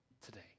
today